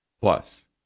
Plus